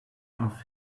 off